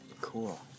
Cool